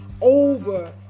Over